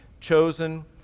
chosen